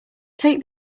take